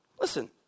Listen